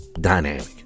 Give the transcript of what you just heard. dynamic